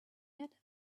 yet